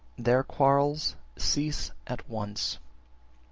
their quarrels cease at once.